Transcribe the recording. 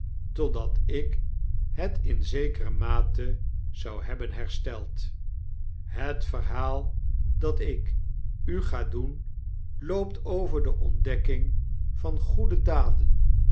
totdat ik het in zekere mate zou hebben hersteld het verhaal dat ik u ga doen loopt over de ontdekking van goede daden